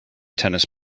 tennis